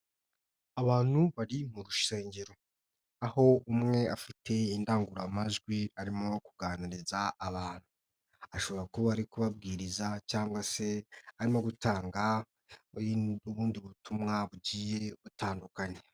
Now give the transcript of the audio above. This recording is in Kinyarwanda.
Abantu bari mu rusengero aho umwe afite indangururamajwi arimo kuganiriza abantu, ashobora kuba ari kubabwiriza cyangwa se arimo gutanga ubundi butumwa bugiye butandukanye.